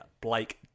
Blake